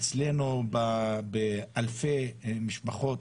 אצלנו אלפי משפחות